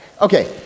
Okay